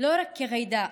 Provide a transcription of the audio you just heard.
לא רק כג'ידא,